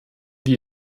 die